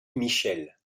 michel